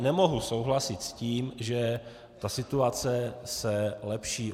Nemohu tedy souhlasit s tím, že ta situace se lepší.